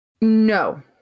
no